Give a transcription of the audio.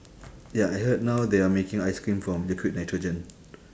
ya I heard now they are making ice cream from liquid nitrogen